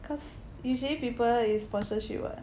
cause usually people is sponsorship what